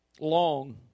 long